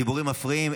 הדיבורים מפריעים.